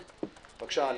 בבקשה.